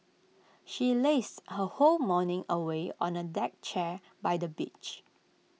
she lazed her whole morning away on A deck chair by the beach